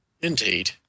Indeed